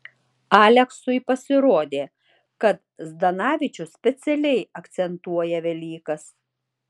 aleksui pasirodė kad zdanavičius specialiai akcentuoja velykas